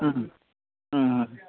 उम उम उम